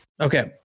okay